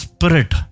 Spirit